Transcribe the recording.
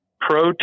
pro